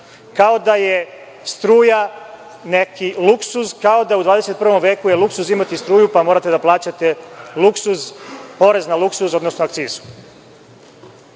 Kao da je struja neki luksuz, kao da je u 21. veku luksuz imati struju, pa morate plaćati porez na luksuz, odnosno